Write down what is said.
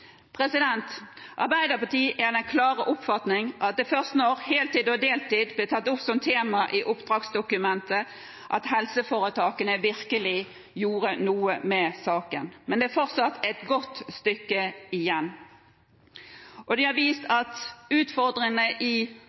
Arbeiderpartiet er av den klare oppfatning at det var først da heltid og deltid ble tatt opp som tema i oppdragsdokumentet, at helseforetakene virkelig gjorde noe med saken, men det er fortsatt et godt stykke igjen. Det har vist at utfordringene i